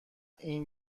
این